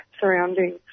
surroundings